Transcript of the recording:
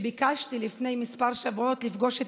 כשביקשתי לפני כמה שבועות לפגוש את